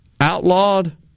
outlawed